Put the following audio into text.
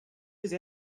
lose